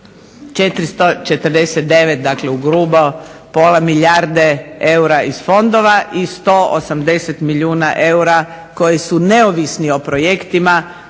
449 dakle u grubo pola milijarde eura iz fondova i 180 milijuna eura koji su neovisni o projektima